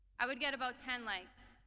i would get about ten likes,